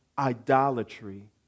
idolatry